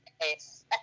yes